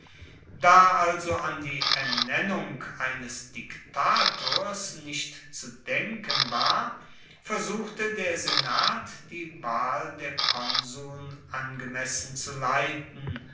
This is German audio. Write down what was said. da also an die ernennung eines diktators nicht zu denken war versuchte der senat die wahl der konsuln angemessen zu leiten